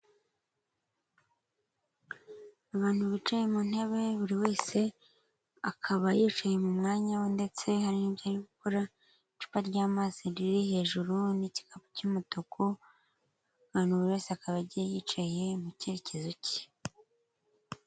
Abantu bicaye mu ntebe buri wese akaba yicaye mu mwanya we ndetse hari n'ibyo ari gukora, icupa ry'amazi riri hejuru n'igikapu cy'umutuku, abantu buri wese akaba agiye yicaye mu cyerekezo cye.